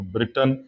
Britain